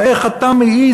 ואיך אתה מעז,